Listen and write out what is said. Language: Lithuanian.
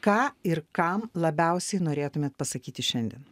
ką ir kam labiausiai norėtumėt pasakyti šiandien